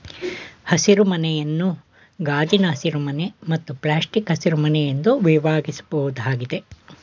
ಹಸಿರುಮನೆಯನ್ನು ಗಾಜಿನ ಹಸಿರುಮನೆ ಮತ್ತು ಪ್ಲಾಸ್ಟಿಕ್ಕು ಹಸಿರುಮನೆ ಎಂದು ವಿಭಾಗಿಸ್ಬೋದಾಗಿದೆ